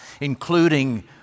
including